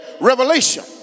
revelation